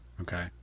Okay